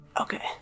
Okay